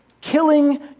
killing